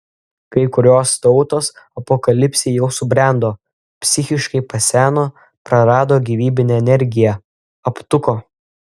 kai kurios tautos apokalipsei jau subrendo psichiškai paseno prarado gyvybinę energiją aptuko